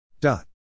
dot